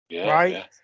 right